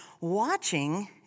watching